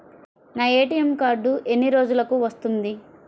నా ATM card ఎన్ని రోజులకు వస్తుంది?